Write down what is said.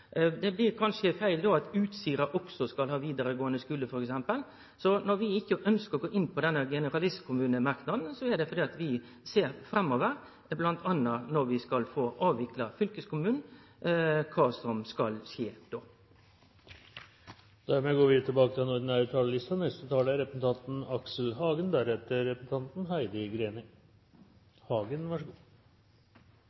Det blir då kanskje feil at f.eks. Utsira også skal ha vidaregåande skule. Når vi ikkje ønskjer å gå inn på generalistkommunemerknaden, er det fordi vi ser framover m.a. til at vi skal få avvikle fylkeskommunen, og kva som skal skje då. Replikkordskiftet er omme. Jeg veksler mellom å hylle og kritisere det offentlige Norge. Utgangspunktet mitt er at vi